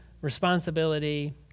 responsibility